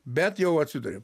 bet jau atsiduri